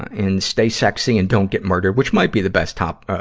and stay sexy and don't get murdered which might be the best top, ah,